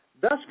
thus